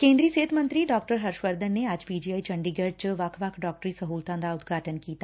ਕੇਂਦਰੀ ਸਿਹਤ ਮੰਤਰੀ ਡਾ ਹਰਸ਼ ਵਰਧਨ ਨੇ ਅੱਜ ਪੀ ਜੀ ਆਈ ਚੰਡੀਗੜ ਚ ਵੱਖ ਵੱਖ ਡਾਕਟਰੀ ਸਹੁਲਤਾ ਦਾ ਉਦਘਾਟਨ ਕੀਤਾ